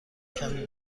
کمی